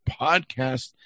podcast